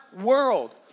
world